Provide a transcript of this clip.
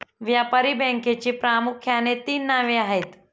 व्यापारी बँकेची प्रामुख्याने तीन नावे आहेत